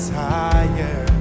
higher